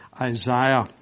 Isaiah